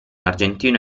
argentino